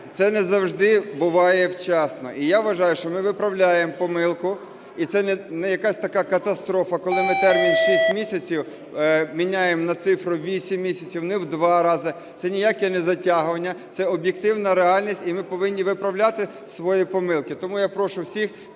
це не завжди буває вчасно. І я вважаю, що ми виправляємо помилку. І це не якась така катастрофа, коли ми термін шість місяців міняємо на цифру вісім місяців, не в два рази. Це ніяке не затягування, це об'єктивна реальність. І ми повинні виправляти свої помилки. Тому я прошу всіх